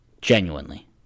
Genuinely